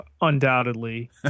undoubtedly